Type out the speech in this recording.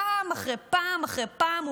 פעם אחרי פעם אחרי פעם,